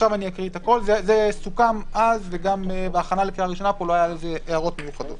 זה סוכם אז וגם בהכנה לקריאה הראשונה לא היו על כך הערות מיוחדות.